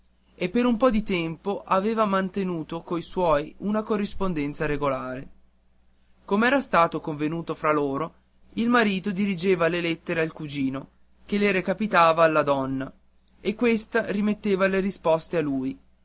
e per un po di tempo aveva mantenuto coi suoi una corrispondenza regolare com'era stato convenuto fra loro il marito dirigeva le lettere al cugino che le recapitava alla donna e questa rimetteva le risposte a lui